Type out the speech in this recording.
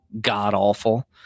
god-awful